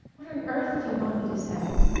what on earth do you want me to say?